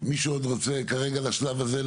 מישהו עוד רוצה כרגע לשלב הזה,